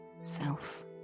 self